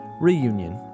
Reunion